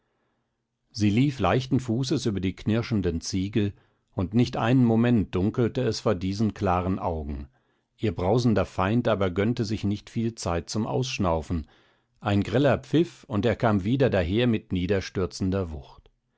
sie lief leichten fußes über die knirschenden ziegel und nicht einen moment dunkelte es vor diesen klaren augen ihr brausender feind aber gönnte sich nicht viel zeit zum ausschnaufen ein greller pfiff und er kam wieder daher mit niederstürzender wucht